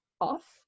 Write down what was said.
off